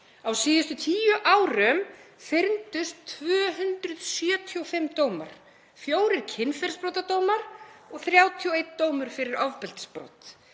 Á síðustu tíu árum fyrndust 275 dómar, fjórir kynferðisbrotadómar og 31 dómur fyrir ofbeldisbrot.